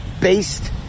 based